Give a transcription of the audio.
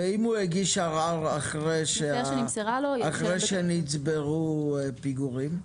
אם הוא הגיש ערר אחרי שנצברו פיגורים?